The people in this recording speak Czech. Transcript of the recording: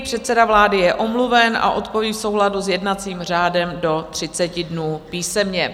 Předseda vlády je omluven a odpoví v souladu s jednacím řádem do 30 dnů písemně.